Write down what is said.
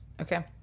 okay